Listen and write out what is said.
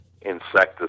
insecticides